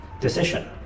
decision